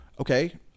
Okay